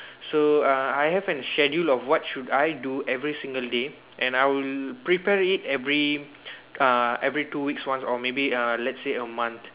so err I have an schedule of what should I do every single day and I will prepare it every uh every two weeks once or maybe uh let's say a month